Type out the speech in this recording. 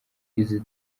izi